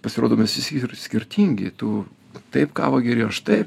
pasirodo mes visi skirtingi tu taip kavą geri aš taip